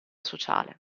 sociale